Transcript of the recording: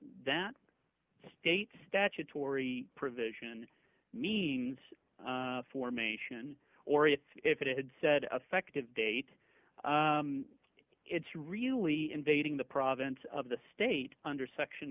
that state statutory provision means formation or if if it had said effect of date it's really invading the province of the state under section